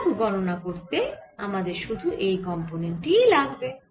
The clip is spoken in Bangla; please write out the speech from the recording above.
ফ্লাক্স গণনা করতে আমাদের শুধু এই কম্পোনেন্ট টিই লাগবে